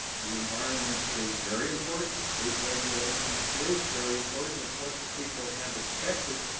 the environment is very important. state regulation is very important. it's what the people have expected.